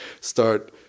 start